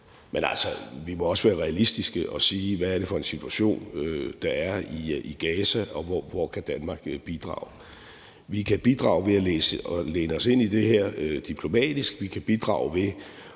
Men altså, vi må også være realistiske og sige: Hvad er det for en situation, der er i Gaza, og hvor kan Danmark bidrage? Vi kan bidrage ved at læne os ind i det her diplomatisk. Vi kan bidrage ved